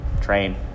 train